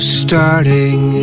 starting